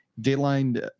Deadline